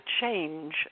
change